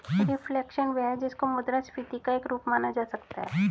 reflation वह है जिसको मुद्रास्फीति का एक रूप माना जा सकता है